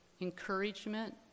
encouragement